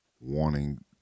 wanting